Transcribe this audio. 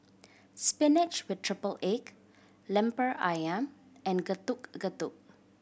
spinach with triple egg Lemper Ayam and Getuk Getuk